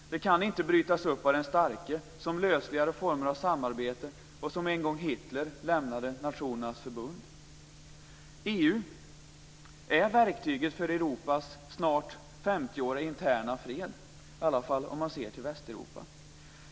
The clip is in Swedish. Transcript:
Det kan inte brytas upp av den starke som lösligare former av samarbete, som en gång Hitler lämnade Nationernas Förbund. EU är verktyget för Europas snart 50-åriga interna fred, i varje fall om man ser till Västeuropa.